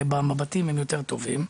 ובמבטים הם יותר טובים.